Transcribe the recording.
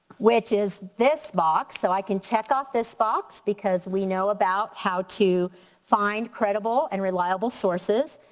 which is this box, so i can check off this box because we know about how to find credible and reliable sources.